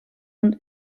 und